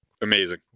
Amazing